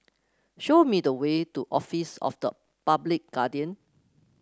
show me the way to Office of the Public Guardian